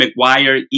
McGuire